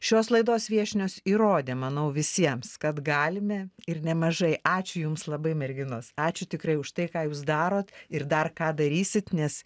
šios laidos viešnios įrodė manau visiems kad galime ir nemažai ačiū jums labai merginos ačiū tikrai už tai ką jūs darot ir dar ką darysit nes